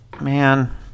man